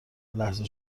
لحظه